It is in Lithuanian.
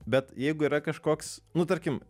bet jeigu yra kažkoks nu tarkim